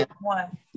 one